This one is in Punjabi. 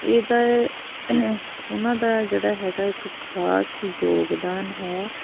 ਇਹ ਤਾਂ ਉਹਨਾਂ ਦਾ ਜਿਹੜਾ ਹੈਗਾ ਇੱਕ ਖਾਸ ਯੋਗਦਾਨ ਹੈ